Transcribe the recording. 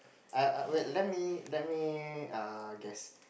I I wait let me let me err guess